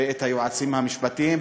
ואת היועצים המשפטיים.